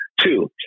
Two